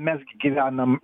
mes gi gyvenam